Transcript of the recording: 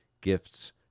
gifts